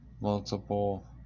multiple